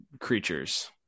creatures